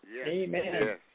Amen